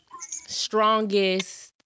strongest